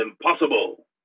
impossible